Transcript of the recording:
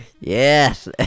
Yes